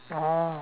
oh